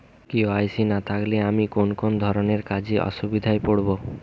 KYC না থাকলে আমি কোন কোন ধরনের কাজে অসুবিধায় পড়ব?